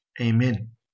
Amen